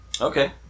Okay